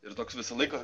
ir toks visą laiką